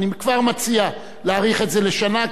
אני כבר מציע להאריך את זה לשנה,